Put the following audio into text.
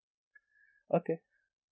okay